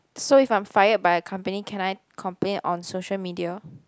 so if I'm fired by a company can I complain on social media